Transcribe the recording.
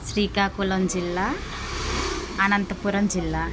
శ్రీకాకుళం జిల్లా అనంతపురం జిల్లా